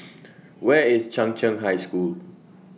Where IS Chung Cheng High School